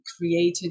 created